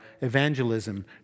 evangelism